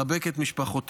מחבק את משפחותיהם,